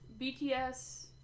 BTS